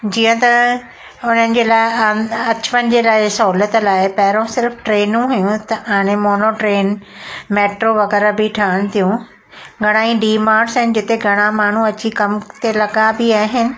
जीअं त हुननि जे लाइ अच अचु वञु जे लाइ सहूलियत लाइ पहिरियों सिर्फ़ु ट्रेनूं हुयूं त हाणे मोनो ट्रेन मेट्रो वग़ैरह बि ठहनि थियूं घणाई डी मार्ट्स जिते घणा माण्हू अची कम ते लॻा बि आहिनि